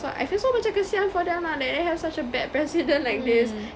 so I feel so macam kasihan for them lah that they have such a bad president like this